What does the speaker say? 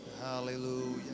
hallelujah